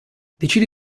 decine